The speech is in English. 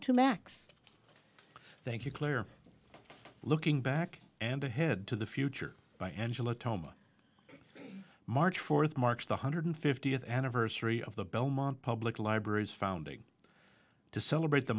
to max thank you clare looking back and ahead to the future by angela toma march fourth marks the hundred fiftieth anniversary of the belmont public libraries founding to celebrate the